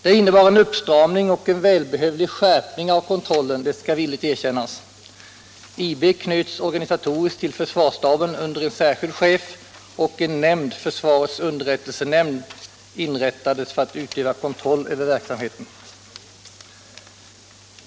Det innebar en uppstramning och en välbehövlig skärpning av kontrollen, det skall villigt erkännas. IB knöts organisatoriskt till försvarsstaben under en särskild chef, och en nämnd, försvarets underrättelsenämnd, inrättades för att utöva kontroll över verksamheten.